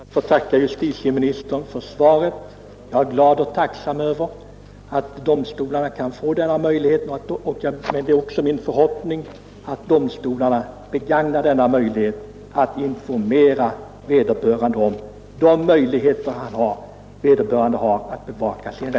Onsdagen den Herr talman! Jag ber att få tacka justitieministern för svaret. Jag är 8 mars 1972 glad och tacksam över att domstolarna kan få denna möjlighet. Men det ———— är också min förhoppning att domstolarna begagnar tillfället att S. k. hemmadotters informera vederbörande om de möjligheter som förefinns för erhållande